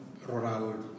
Rural